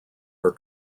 are